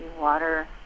water